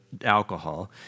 alcohol